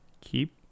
keep